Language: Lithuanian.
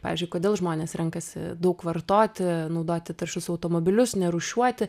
pavyzdžiui kodėl žmonės renkasi daug vartoti naudoti taršius automobilius nerūšiuoti